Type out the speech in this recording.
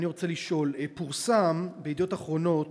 אני רוצה לשאול: פורסם ב"ידיעות אחרונות"